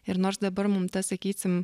ir nors dabar mum ta sakysim